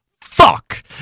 fuck